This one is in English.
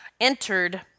entered